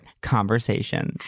conversation